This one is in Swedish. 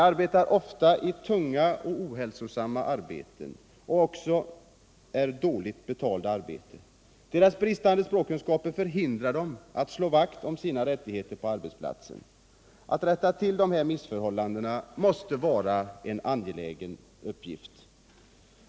De arbetar ofta i tunga och ohälsosamma arbeten, som också är dåligt betalda. Deras bristande språkkunskaper förhindrar dem att slå vakt om sina rättigheter på arbetsplatsen. Att rätta till dessa missförhållanden måste vara en angelägen uppgift.